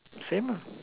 same ah